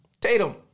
Tatum